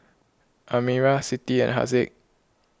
Amirah Siti and Haziq